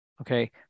okay